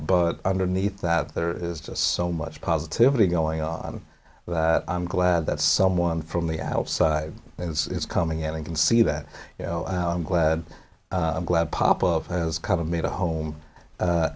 but underneath that there is just so much positivity going on that i'm glad that someone from the outside it's coming and i can see that you know i'm glad i'm glad pop up has kind of made a home